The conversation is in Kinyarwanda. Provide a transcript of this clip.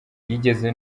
yigeze